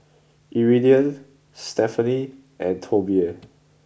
Iridian Stefani and Tobie